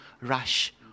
rush